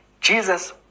Jesus